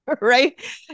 Right